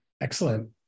Excellent